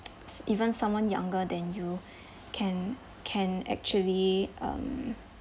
s~ even someone younger than you can can actually um